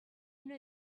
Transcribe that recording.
una